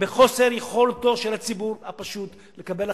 מחוסר יכולתו של הציבור הפשוט לקבל החלטה,